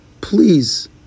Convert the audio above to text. please